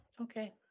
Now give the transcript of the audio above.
Okay